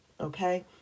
Okay